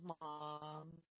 Mom